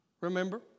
Remember